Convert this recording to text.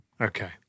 okay